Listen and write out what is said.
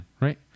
right